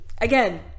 again